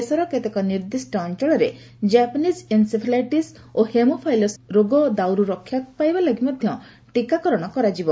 ଦେଶର କେତେକ ନିର୍ଦ୍ଦିଷ୍ଟ ଅଞ୍ଚଳରେ ଜାପାନିକ୍ ଏନ୍ସେଫାଲାଇଟିସ୍ ଓ ହେମୋଫାଇଲସ୍ ଭଳି ରୋଗ ଦାଉରୁ ରକ୍ଷା ପାଇବା ଲାଗି ମଧ୍ୟ ଟୀକାକରଣ କରାଯିବ